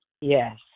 Yes